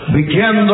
begin